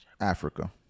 Africa